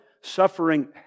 suffering